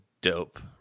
dope